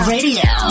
Radio